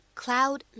cloud